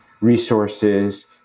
resources